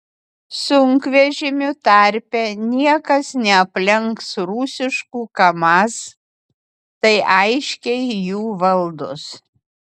sunkvežimių tarpe niekas neaplenks rusiškų kamaz tai aiškiai jų valdos